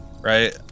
Right